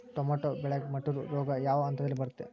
Tomato ಬೆಳೆಗೆ ಮುಟೂರು ರೋಗ ಯಾವ ಹಂತದಲ್ಲಿ ಬರುತ್ತೆ?